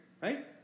right